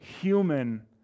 human